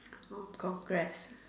con~ congrats